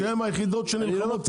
שהן היחידות שנלחמו.